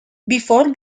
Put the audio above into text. before